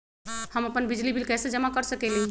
हम अपन बिजली बिल कैसे जमा कर सकेली?